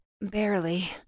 Barely